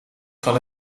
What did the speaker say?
van